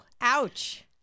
ouch